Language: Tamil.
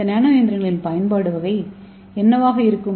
இந்த நானோ இயந்திரங்களின் பயன்பாடு என்னவாக இருக்கும்